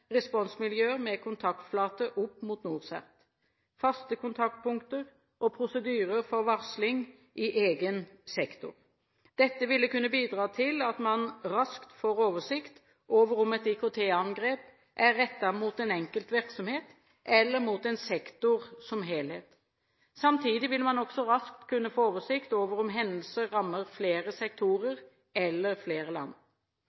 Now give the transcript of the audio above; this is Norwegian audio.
responsmiljøer med kontaktflate opp mot NorCERT – faste kontaktpunkter og prosedyrer for varsling i egen sektor. Dette vil kunne bidra til at man raskt får oversikt over om et IKT-angrep er rettet mot en enkelt virksomhet eller mot en sektor som helhet. Samtidig vil man også raskt kunne få oversikt over om hendelser rammer flere sektorer eller flere land.